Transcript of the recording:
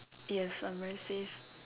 yes I'm very safe